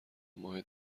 ماه